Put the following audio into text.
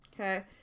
Okay